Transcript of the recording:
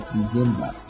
December